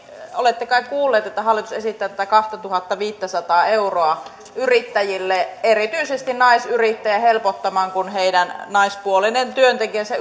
olette kai kuulleet että hallitus esittää tätä kahtatuhattaviittäsataa euroa yrittäjille erityisesti naisyrittäjiä helpottamaan kun heidän naispuolinen työntekijänsä